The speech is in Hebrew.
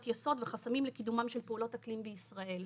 יסוד וחסמים לקידומן של פעולות אקלים בישראל.